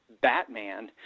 Batman